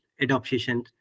adoption